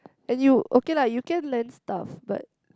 and you okay lah you can lend stuff but